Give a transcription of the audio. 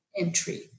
entry